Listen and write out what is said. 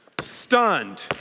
stunned